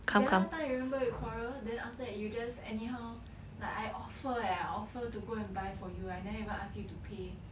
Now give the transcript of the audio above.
the other time remember you quarrel then after that you just anyhow like I offer eh I offer to go and buy for you I never even ask you to pay